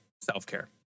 self-care